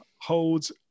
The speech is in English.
holds